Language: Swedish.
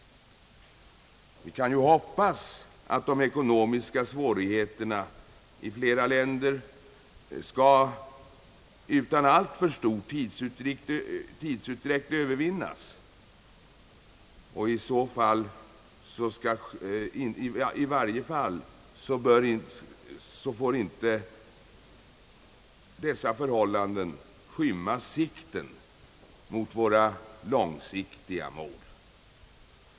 Vi kan ju hoppas att de ekonomiska svårigheterna i flera länder skall övervinnas utan alltför stor tidsutdräkt; och i varje fall får inte svårigheterna skymma blicken för våra långsiktiga mål.